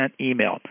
email